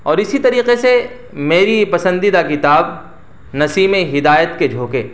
اور اسی طریقے سے میری پسندیدہ کتاب نسیم ہدایت کے جھونکے